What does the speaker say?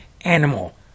animal